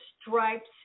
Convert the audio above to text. stripes